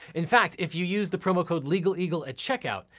in fact, if you use the promo code, legaleagle, at checkout,